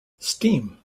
steam